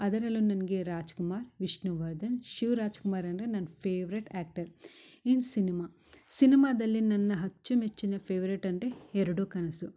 ಅದರಲ್ಲೂ ನನಗೆ ರಾಜ್ಕುಮಾರ್ ವಿಷ್ಣುವರ್ಧನ್ ಶಿವರಾಜ್ಕುಮಾರ್ ಅಂದರೆ ನನ್ನ ಫೇವ್ರೆಟ್ ಆ್ಯಕ್ಟರ್ ಇನ್ನ ಸಿನೆಮಾ ಸಿನೆಮಾದಲ್ಲಿ ನನ್ನ ಅಚ್ಚುಮೆಚ್ಚಿನ ಫೇವ್ರೆಟ್ ಅಂಟೆ ಎರಡು ಕನಸು